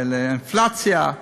לאינפלציה,